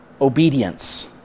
Obedience